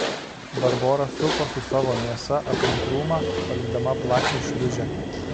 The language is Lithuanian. barbora suko su savo mėsa aplink krūmą palikdama plačią šliūžę